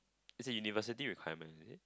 it's a university requirement